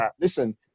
Listen